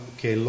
che